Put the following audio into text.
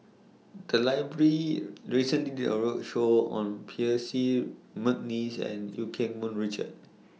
The Library recently did A roadshow on Percy Mcneice and EU Keng Mun Richard